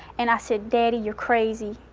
and i said, daddy, you're crazy.